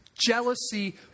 jealousy